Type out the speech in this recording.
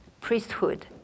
priesthood